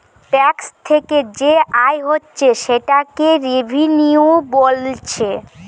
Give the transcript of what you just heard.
tax থিকে যে আয় হচ্ছে সেটাকে রেভিনিউ বোলছে